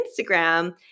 Instagram